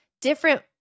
different